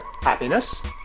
happiness